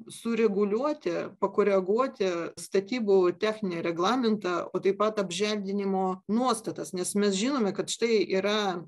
sureguliuoti pakoreguoti statybų techninį reglamentą o taip pat apželdinimo nuostatas nes mes žinome kad štai yra